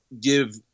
give